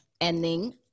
ending